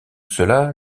cela